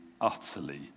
utterly